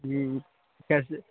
ہوں کیسے